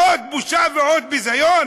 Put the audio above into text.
עוד בושה ועוד ביזיון?